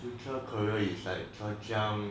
future career is like 浙江